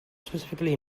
specifically